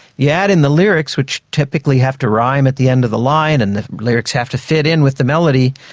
you add in the lyrics, which typically have to rhyme at the end of the line and the lyrics have to fit in with the melody.